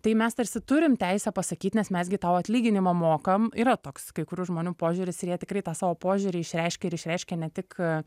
tai mes tarsi turim teisę pasakyt nes mes gi tau atlyginimą mokam yra toks kai kurių žmonių požiūris ir jie tikrai tą savo požiūrį išreiškia ir išreiškia ne tik